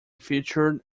featured